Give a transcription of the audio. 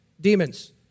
demons